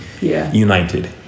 united